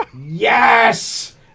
Yes